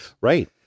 Right